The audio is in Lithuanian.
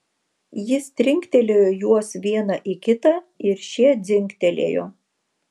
jis trinktelėjo juos vieną į kitą ir šie dzingtelėjo